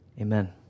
Amen